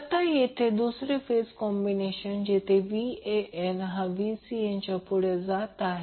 आता येथे दुसरे फेज कॉम्बिनेशन जिथे Van हा Vcn च्या पुढे जात आहे